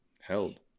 held